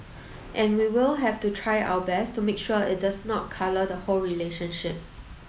and we will have to try our best to make sure that it does not colour the whole relationship